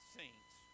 saints